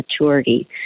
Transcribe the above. maturity